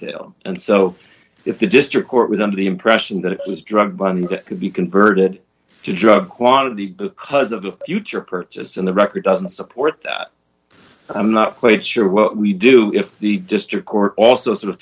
salem and so if the district court was under the impression that it was drug money that could be converted to drug quantity because of the future purchase and the record doesn't support that i'm not quite sure what we do if the district court also sort of